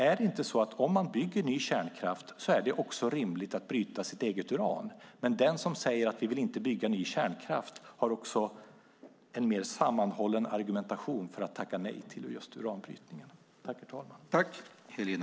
Är det inte så att det om man bygger ny kärnkraft också är rimligt att bryta sitt eget uran? Den som säger att vi inte vill bygga ny kärnkraft har också en mer sammanhållen argumentation för att tacka nej till uranbrytningen.